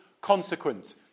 consequent